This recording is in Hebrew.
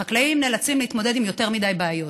החקלאים נאלצים להתמודד עם יותר מדי בעיות,